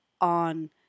on